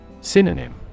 Synonym